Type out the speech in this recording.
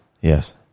Yes